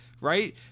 right